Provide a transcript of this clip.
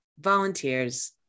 volunteers